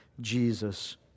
Jesus